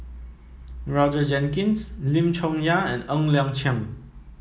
Roger Jenkins Lim Chong Yah and Ng Liang Chiang